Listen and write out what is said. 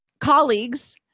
colleagues